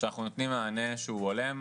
שאנחנו נותנים מענה שהוא הולם,